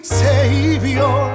savior